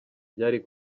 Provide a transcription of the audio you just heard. byari